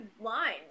lines